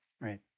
Right